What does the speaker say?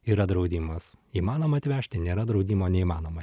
yra draudimas įmanoma atvežti nėra draudimo neįmanoma